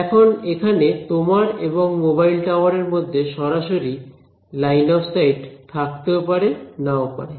এখন এখানে তোমার এবং মোবাইল টাওয়ার এর মধ্যে সরাসরি লাইন অফ সাইট থাকতেও পারে নাও পারে